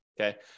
Okay